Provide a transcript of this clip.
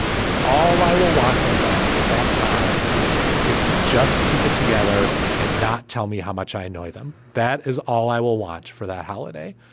all i will want from them at that time is to just keep it together and not tell me how much i enjoy them. that is all i will watch for that holiday.